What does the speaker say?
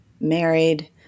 married